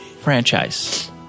franchise